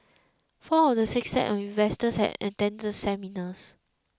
four of the six sets of investors had attended the seminars